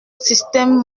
système